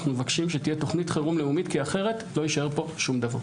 אנחנו מבקשים שתהיה תכנית חירום לאומית כי אחרת לא יישאר פה שום דבר.